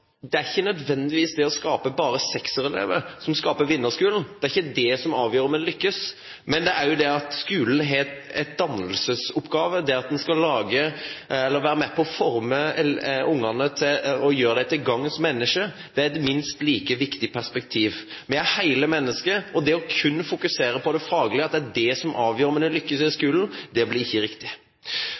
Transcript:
det ikke nødvendigvis bare er elever med 6-ere som skaper vinnerskolen, det er ikke det som avgjør om man lykkes. Men skolen har også en dannelsesoppgave – det at man skal være med på å forme ungene og gjøre dem til «gagns menneske», er et minst like viktig perspektiv. Vi er hele mennesker, og det kun å fokusere på det faglige, at det er det som avgjør om en lykkes i skolen, blir ikke riktig.